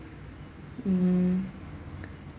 mm